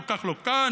כל כך לא כאן,